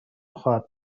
خواهد